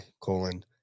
colon